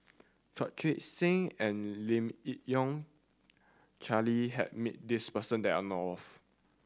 Chu Chee Seng and Lim Yi Yong Charles has met this person that I know of